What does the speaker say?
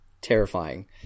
terrifying